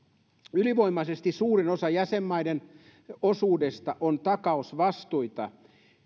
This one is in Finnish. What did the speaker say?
ylivoimaisesti suurin osa jäsenmaiden osuudesta on takausvastuita